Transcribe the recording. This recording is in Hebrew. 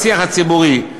בשיח הציבורי,